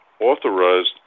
authorized